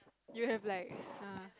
you have like [heh]